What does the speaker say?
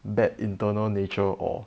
bad internal nature or